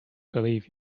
believe